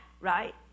right